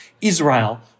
Israel